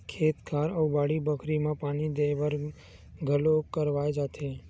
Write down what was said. खेत खार अउ बाड़ी बखरी म पानी देय बर बोर घलोक करवाए जाथे